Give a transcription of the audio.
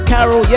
Carol